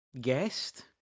guest